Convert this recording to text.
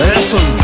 Listen